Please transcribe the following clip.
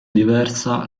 diversa